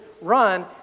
run